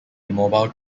immobile